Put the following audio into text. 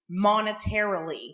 monetarily